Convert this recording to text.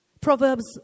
Proverbs